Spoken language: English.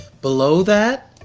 below that,